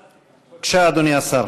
בבקשה, אדוני השר.